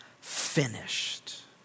finished